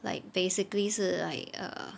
like basically 是 like err